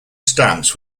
stamps